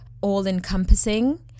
all-encompassing